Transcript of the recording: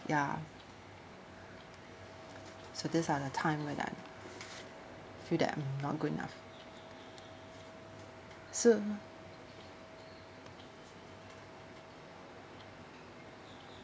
ya so these are the time when I feel that I'm not good enough so